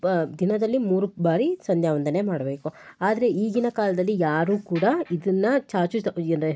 ಪ ದಿನದಲ್ಲಿ ಮೂರು ಬಾರಿ ಸಂಧ್ಯಾವಂದನೆ ಮಾಡ್ಬೇಕು ಆದರೆ ಈಗಿನ ಕಾಲದಲ್ಲಿ ಯಾರು ಕೂಡ ಇದನ್ನ ಚಾಚು ತಪ್ಪದೆ ಏನೇ